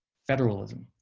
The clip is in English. federalism,